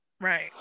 Right